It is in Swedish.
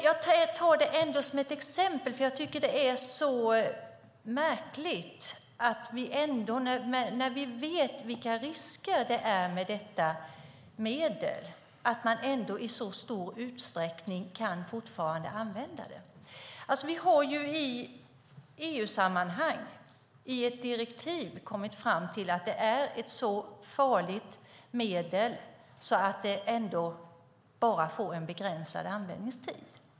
Jag tar ändå detta som ett exempel, för jag tycker att det är märkligt att man i så stor utsträckning fortfarande kan använda detta medel när vi vet vilka risker det finns. Vi har i EU-sammanhang i ett direktiv kommit fram till att det är ett så farligt medel att det bara får en begränsad användningstid.